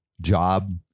job